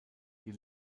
die